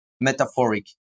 metaphoric